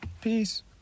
Peace